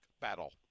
battle